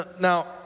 now